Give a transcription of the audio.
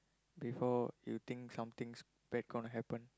before you think something bad gonna happen